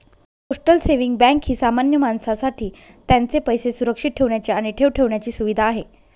postal saving bank ही सामान्य माणसासाठी त्यांचे पैसे सुरक्षित ठेवण्याची आणि ठेव ठेवण्याची सुविधा आहे